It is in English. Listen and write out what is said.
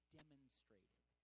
demonstrated